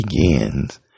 begins